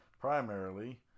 primarily